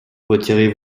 retirez